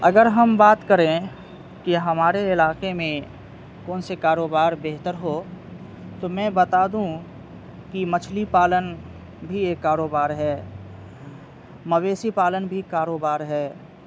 اگر ہم بات کریں کہ ہمارے علاقے میں کون سے کاروبار بہتر ہو تو میں بتا دوں کہ مچھلی پالن بھی ایک کاروبار ہے مویشی پالن بھی کاروبار ہے